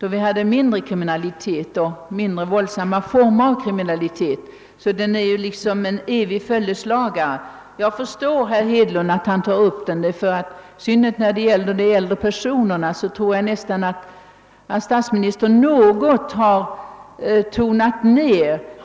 trots att vi då hade lägre kriminalitet och mindre våldsamma former av kriminalitet — den är alltså något av en evig följeslagare. Jag för står att herr Hedlund tar upp den, och jag tycker kanske att statsministern något har tonat ned risken för äldre personer.